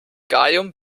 gallium